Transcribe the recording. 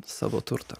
savo turtą